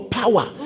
power